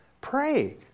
pray